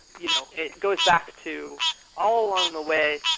you know it goes back to all along the way,